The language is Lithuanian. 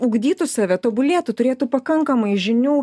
ugdytų save tobulėtų turėtų pakankamai žinių